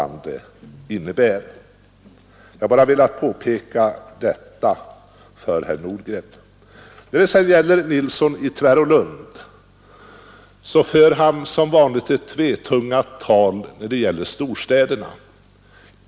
Jag ber att få påpeka detta för herr Nordgren. Till herr Nilsson i Tvärålund vill jag säga att han som vanligt för ett tvetungat tal när det gäller storstäderna.